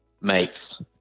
mates